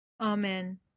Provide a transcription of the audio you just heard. Amen